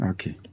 Okay